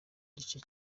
gice